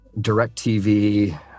DirecTV